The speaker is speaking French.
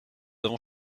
avons